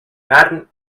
carn